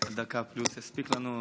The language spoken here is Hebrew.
דקה פלוס יספיקו לנו.